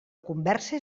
conversa